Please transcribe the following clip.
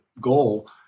goal